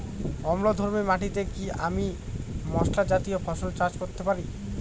অম্লধর্মী মাটিতে কি আমি মশলা জাতীয় ফসল চাষ করতে পারি?